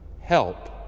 help